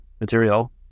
material